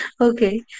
Okay